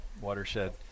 watershed